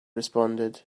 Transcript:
responded